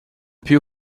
più